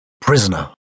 Prisoner